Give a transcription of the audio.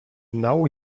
now